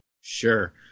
Sure